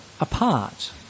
apart